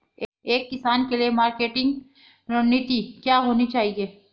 एक किसान के लिए मार्केटिंग रणनीति क्या होनी चाहिए?